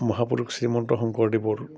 মহাপুৰুষ শ্ৰীমন্ত শংকৰদেৱৰ